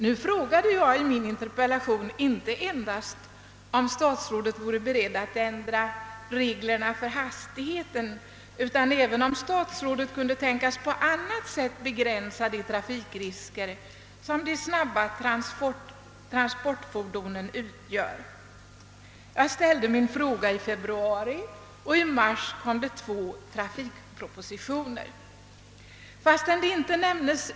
Nu frågade jag i min interpellation inte endast om statsrådet vore beredd att ändra reglerna för hastigheten, utan även om statsrådet kunde tänka sig att på annat sätt begränsa de trafikrisker som de snabba transportfordonen utgör. Jag framställde min interpellation i februari, och i mars lades två trafikpropositioner på riksdagens bord.